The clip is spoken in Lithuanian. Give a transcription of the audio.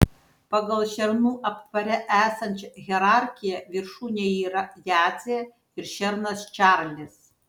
pagal šernų aptvare esančią hierarchiją viršūnėje yra jadzė ir šernas čarlis